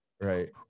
Right